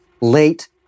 late